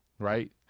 right